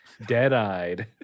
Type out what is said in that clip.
dead-eyed